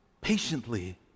patiently